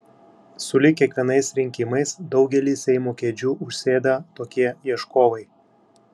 sulig kiekvienais rinkimais daugelį seimo kėdžių užsėda tokie ieškovai